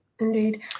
indeed